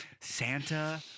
Santa